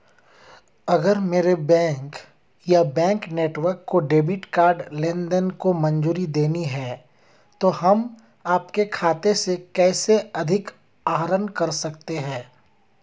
अगर मेरे बैंक या बैंक नेटवर्क को डेबिट कार्ड लेनदेन को मंजूरी देनी है तो हम आपके खाते से कैसे अधिक आहरण कर सकते हैं?